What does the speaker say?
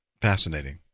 fascinating